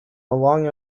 along